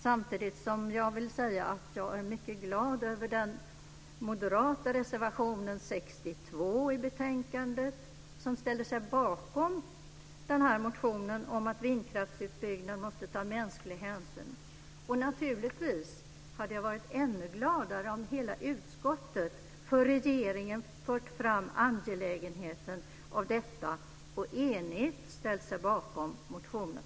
Samtidigt vill jag säga att jag är mycket glad över den moderata reservationen 62 i betänkandet som ställer sig bakom motionen om att vindkraftsutbyggnad måste ta mänsklig hänsyn. Jag hade naturligtvis varit ännu gladare om hela utskottet för regeringen fört fram angelägenheten av detta och enigt ställt sig bakom motionen.